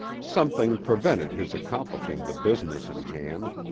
something prevented his accomplishing the business in hand,